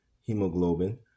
hemoglobin